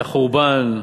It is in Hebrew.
היה חורבן,